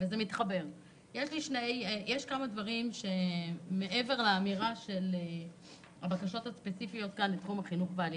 יש לי כמה דברים של מעבר לאמירה של הבקשות הספציפיות בתחום העלייה,